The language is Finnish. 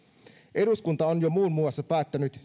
eduskunta on jo muun muassa päättänyt